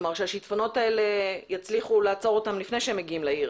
שאת השיטפונות האלה יצליחו לעצור לפני שמגיעים לעיר